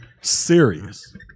serious